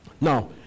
Now